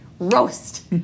Roast